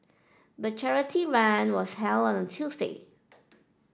the charity run was held on a Tuesday